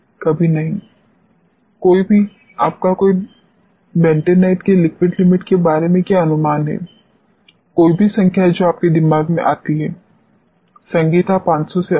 कभी नही कोई भी आपका बेंटोनाइट की लिक्विड लिमिट के बारे में क्या अनुमान है कोई भी संख्या जो आपके दिमाग में आती है संगीता 500 से अधिक